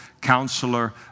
Counselor